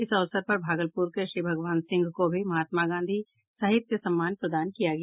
इस अवसर पर भागलपुर के श्री भगवान सिंह को भी महात्मा गांधी साहित्य सम्मान प्रदान किया गया